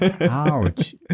Ouch